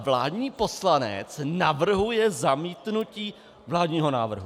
Vládní poslanec navrhuje zamítnutí vládního návrhu.